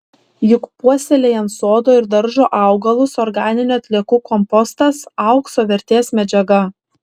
juk puoselėjant sodo ir daržo augalus organinių atliekų kompostas aukso vertės medžiaga